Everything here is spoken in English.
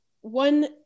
one